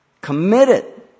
Committed